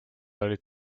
olid